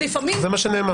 זה מה שנאמר.